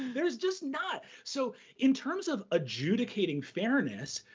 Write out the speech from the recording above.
there's just not. so in terms of adjudicating fairness,